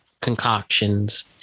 Concoctions